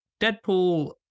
Deadpool